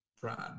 brand